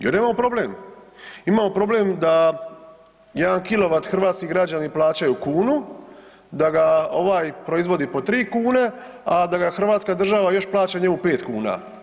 Jer imamo problem, imamo problem da jedan kilovat hrvatski građani plaćaju kunu, da ga ovaj proizvodi po 3 kune, a da ga hrvatska država još plaća njemu 5 kuna.